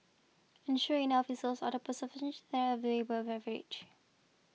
and sure enough his also are the above average